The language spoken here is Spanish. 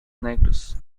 negros